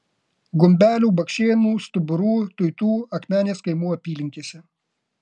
gumbelių bakšėnų stuburų tuitų akmenės kaimų apylinkėse